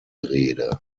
rede